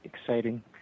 exciting